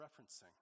referencing